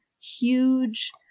huge